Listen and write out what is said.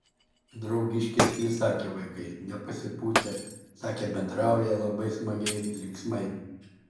draugiškesni sakė vaikai nepasipūtę sakė bendrauja labai smagiai linksmai